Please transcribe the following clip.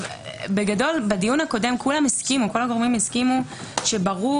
בגדול בדיון הקודם כל הגורמים הסכימו שברור